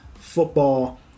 football